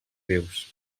vius